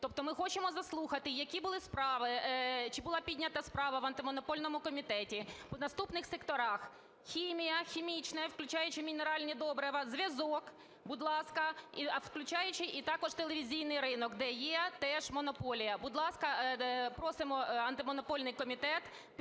Тобто ми хочемо заслухати, які були справи? Чи була піднята справа в Антимонопольному комітеті в наступних секторах: хімія, хімічне, включаючи мінеральні добрива, зв'язок, будь ласка, включаючи і також телевізійний ринок, де є теж монополія? Будь ласка, просимо Антимонопольний комітет. Підтримуємо